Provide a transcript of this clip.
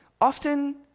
often